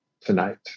tonight